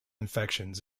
infections